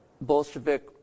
Bolshevik